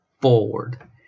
forward